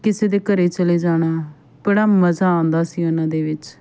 ਕਿਸੇ ਦੇ ਘਰ ਚਲੇ ਜਾਣਾ ਬੜਾ ਮਜ਼ਾ ਆਉਂਦਾ ਸੀ ਉਹਨਾਂ ਦੇ ਵਿੱਚ